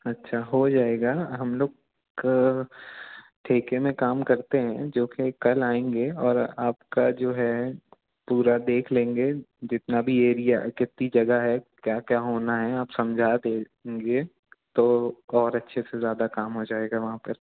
अच्छा हो जाएगा हम लोग का ठेके में काम करते हैं जो कि कल आएँगे और आपका जो है पूरा देख लेंगे जितना भी एरिया कितनी जगह है क्या क्या होना है आप समझा देंगे तो और अच्छे से ज़्यादा काम हो जाएगा वहाँ पर